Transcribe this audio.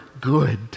good